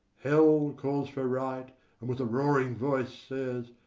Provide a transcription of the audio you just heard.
hell calls for right, and with a roaring voice says,